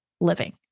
living